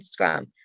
instagram